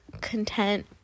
content